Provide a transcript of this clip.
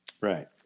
Right